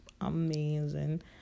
amazing